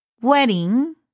wedding